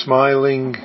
Smiling